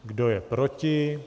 Kdo je proti?